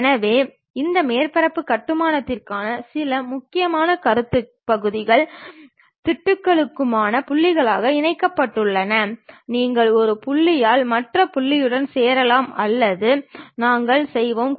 எனவே இந்த மேற்பரப்பு கட்டுமானங்களுக்கான சில முக்கியமான கருத்துக்கள் பகுதிகள் மற்றும் திட்டுக்களுக்கான புள்ளிகளாக இணைக்கப்பட்டுள்ளன நீங்கள் ஒரு புள்ளியால் மற்ற புள்ளியுடன் சேரலாம் அல்லது நாங்கள் செய்வோம்